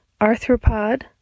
arthropod